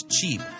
cheap